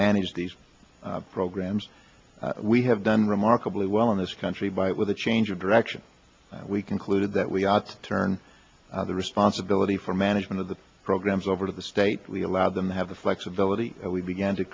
manage these programs we have done remarkably well in this country by with a change of direction we concluded that we ought to turn the responsibility for management of the programs over to the state we allowed them to have the flexibility we began to